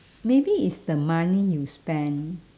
maybe it's the money you spend